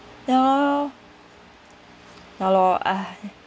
ya lor ya lor ugh